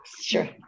Sure